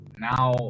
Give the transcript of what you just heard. now